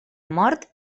mort